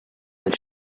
and